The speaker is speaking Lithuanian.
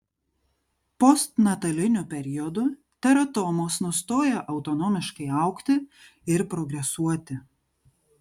postnataliniu periodu teratomos nustoja autonomiškai augti ir progresuoti